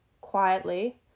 quietly